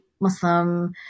Muslim